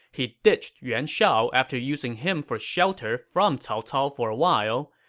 he ditched yuan shao after using him for shelter from cao cao for a while.